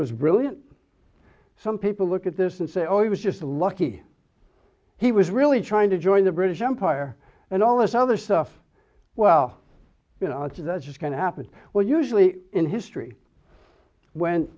was brilliant some people look at this and say oh he was just lucky he was really trying to join the british empire and all this other stuff well you know it's that's just going to happen well usually in history when